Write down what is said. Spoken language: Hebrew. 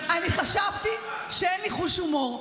אני חשבתי שאין לי חוש הומור.